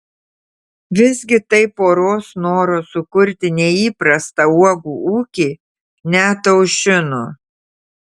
visgi tai poros noro sukurti neįprastą uogų ūkį neataušino